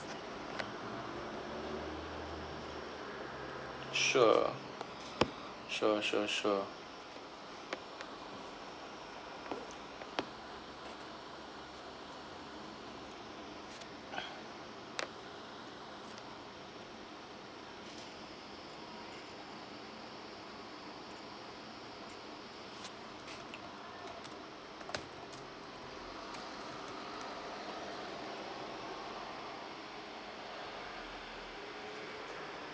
sure sure sure sure